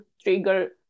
trigger